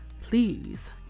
Please